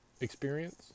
experience